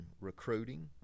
recruiting